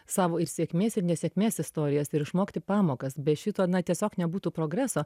savo ir sėkmės ir nesėkmės istorijas ir išmokti pamokas be šito na tiesiog nebūtų progreso